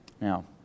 Now